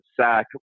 sack